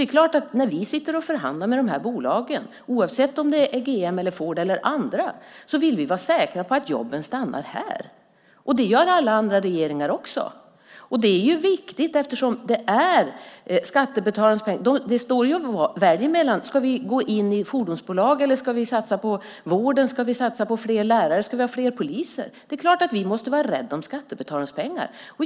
När vi förhandlar med de här bolagen, oavsett om det är GM, Ford eller andra, vill vi vara säkra på att jobben stannar här. Det gäller alla andra regeringar också. Det är viktigt eftersom det är skattebetalarnas pengar. Det står och väger mellan om vi ska gå in i fordonsbolag eller om vi ska satsa vården, fler lärare och fler poliser. Det är klart att vi måste vara rädda om skattebetalarnas pengar.